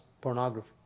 pornography